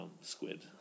squid